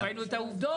אנחנו ראינו את העובדות.